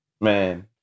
Man